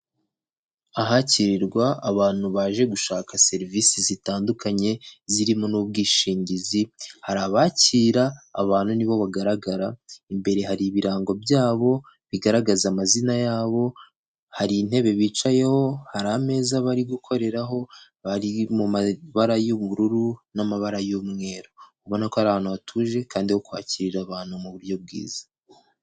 Ahakirirwa abantu baje gushaka serivise zitandukanye zirimo n'ubwishingizi, hari abakira abantu ni bo bagaragara, imbere hari ibirango byabo, bigaragaza amazina yabo, hari intebe bicayeho, hari ameza bari gukoreho, Hari mu mabara y'ubururu n'amabara y'umweru. Ubona ko ari ahantu Hatuje kandi ho kwakirira abantu mu buryo bwiza.